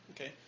okay